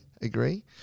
agree